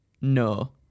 no